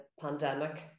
pandemic